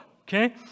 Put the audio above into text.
Okay